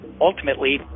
Ultimately